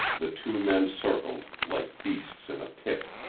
the two men circled, like beasts in a pit,